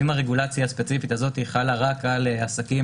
אם הרגולציה הספציפית הזאת חלה רק על עסקים